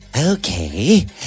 Okay